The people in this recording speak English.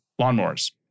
lawnmowers